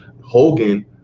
Hogan